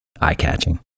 eye-catching